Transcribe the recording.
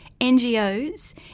NGOs